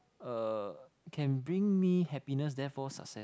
uh can bring me happiness therefore success